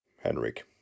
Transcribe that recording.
Henrik